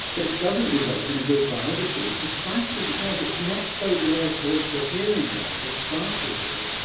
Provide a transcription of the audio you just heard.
but it doesn't result in a good biography precisely because it's not baudelaire's voice we're hearing there, it's sartre's voice,